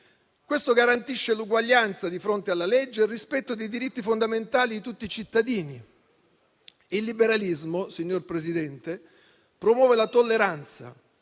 Questo garantisce l'uguaglianza di fronte alla legge e il rispetto dei diritto fondamentali di tutti i cittadini. Il liberalismo, signor Presidente, promuove la tolleranza